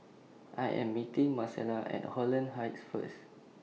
I Am meeting Marcella At Holland Heights First